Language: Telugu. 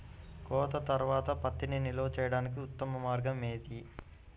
కోత తర్వాత పత్తిని నిల్వ చేయడానికి ఉత్తమ మార్గం ఏది?